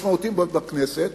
משמעותיים בכנסת